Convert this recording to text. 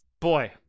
boy